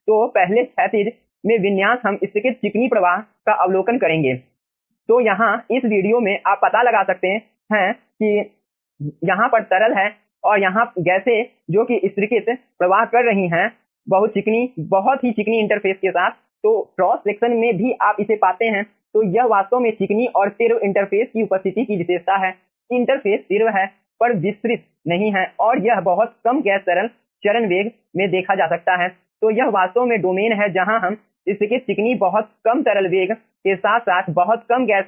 तो पहले क्षैतिज में विन्यास हम स्तरीकृत चिकनी प्रवाह का अवलोकन करेंगे